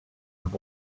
have